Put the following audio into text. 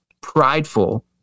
prideful